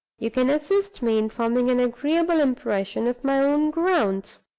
you can assist me in forming an agreeable impression of my own grounds.